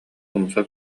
умса